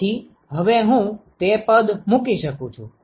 તેથી હવે હું અહીં તે પદ મૂકી શકું છું